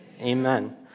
Amen